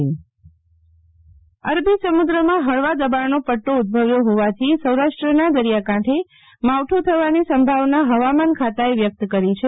શીતલ વૈશ્નવ વા મા ર અરબી સમુદ્રમાં હળવા દબાણનો પદ્દો ઉદભવ્યો હોવાથી સૌરાષ્ટ્રના દરિયા કાંઠે માવઠું થવાની સંભાવના હવામાન ખાતાએ વ્યકત કરી છે